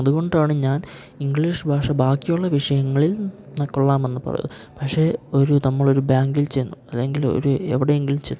അതുകൊണ്ടാണ് ഞാൻ ഇംഗ്ലീഷ് ഭാഷ ബാക്കിയുള്ള വിഷയങ്ങളിൽ വന്നാൽ കൊള്ളാമെന്ന് പറയുന്നത് പക്ഷേ ഒരു നമ്മൾ ഒരു ബാങ്കിൽ ചെന്നു അല്ലെങ്കിൽ ഒരു എവിടെ എങ്കിലും ചെന്നു